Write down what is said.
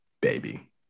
baby